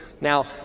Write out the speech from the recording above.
Now